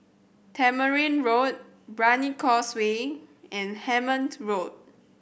Tamarind Road Brani Causeway and Hemmant Road